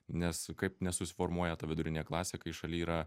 nes kaip nesusiformuoja ta vidurinė klasė kai šaly yra